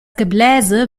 gebläse